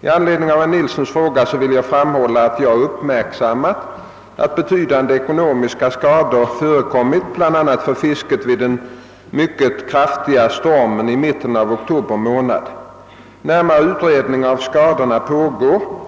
I anledning av herr Nilssons fråga vill jag framhålla att jag uppmärksammat att betydande ekonomiska skador uppkommit bl.a. för fisket vid den mycket kraftiga stormen i mitten av oktober månad. Närmare utredning av skadorna pågår.